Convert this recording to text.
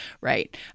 right